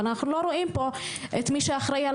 אבל אנחנו לא רואים פה את מי שאחראי על